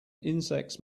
insects